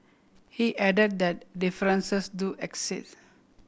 he added that differences do exist